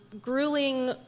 grueling